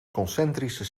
concentrische